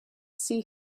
see